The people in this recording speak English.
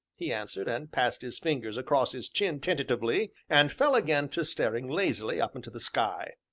he answered, and passed his fingers across his chin tentatively, and fell again to staring lazily up into the sky.